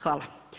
Hvala.